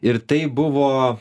ir tai buvo